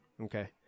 Okay